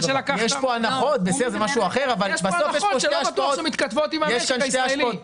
יש כאן הנחות וזה משהו אחר אבל בסוף יש כאן שתי השפעות.